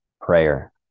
prayer